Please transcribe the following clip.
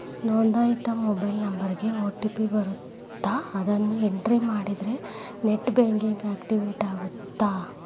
ನೋಂದಾಯಿತ ಮೊಬೈಲ್ ನಂಬರ್ಗಿ ಓ.ಟಿ.ಪಿ ಬರತ್ತ ಅದನ್ನ ಎಂಟ್ರಿ ಮಾಡಿದ್ರ ನೆಟ್ ಬ್ಯಾಂಕಿಂಗ್ ಆಕ್ಟಿವೇಟ್ ಆಗತ್ತ